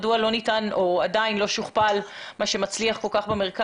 מדוע עדיין לא שוכפל לצפון ולדרום מה שמצליח כל כך במרכז.